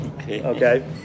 Okay